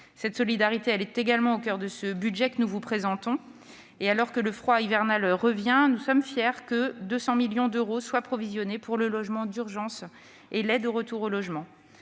Cette solidarité est également au coeur du projet de budget que nous vous présentons. Alors que le froid hivernal revient, nous sommes fiers que 200 millions d'euros soient provisionnés pour le logement d'urgence et l'aide au retour au logement.